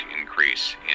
increase